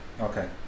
Okay